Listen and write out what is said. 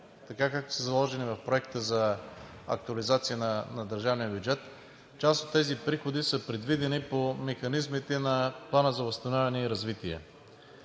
така, както са заложени в Проекта за актуализация на държавния бюджет, част от тези приходи са предвидени по механизмите на Плана за възстановяване и развитие.